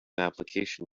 application